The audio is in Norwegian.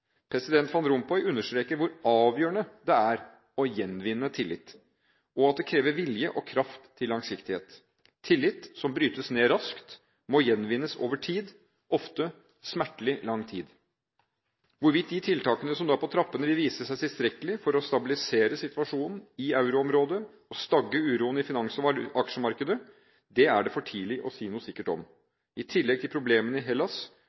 President van Rompuy understreker hvor avgjørende det er å gjenvinne tillit, og at det krever vilje og kraft til langsiktighet. Tillit som brytes ned raskt, må gjenvinnes over tid – ofte over smertelig lang tid. Hvorvidt de tiltakene som nå er på trappene, vil vise seg tilstrekkelige for å stabilisere situasjonen i euroområdet og stagge uroen i finans- og aksjemarkedet, er det for tidlig å si noe sikkert om. I tillegg til problemene i Hellas